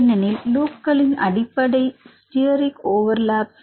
ஏனெனில் லூப்கலின் அடிப்படை ஸ்டெரிக் ஓவர்லாப்ஸ்